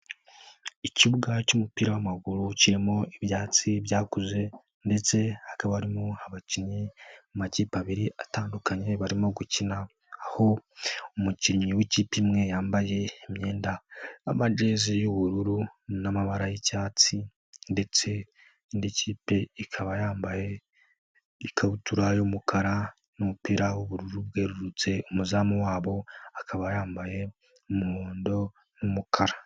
Ikibuga cy'umupira w'amagurucimo ibyatsi byakuze, ndetse hakaba harimo abakinnyi amakipe abiri atandukanye barimo gukina. Aho umukinnyi w'ikipe imwe yambaye imyenda amajeze y'ubururu n'amabara y'icyatsi, ndetse n'indi kipe ikaba yambaye ikabutura y'umukara n'umupira w'ubururu bwerurutse, umuzamu wabo akaba yambaye umuhondo n'umukara.